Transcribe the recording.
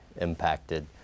impacted